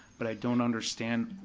but i don't understand,